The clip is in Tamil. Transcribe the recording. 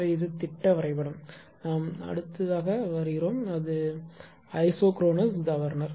எனவே இது திட்ட வரைபடம் நாம் அடுத்து வருவோம் அடுத்து அந்த ஐசோக்ரோனஸ் கவர்னர்